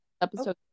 episode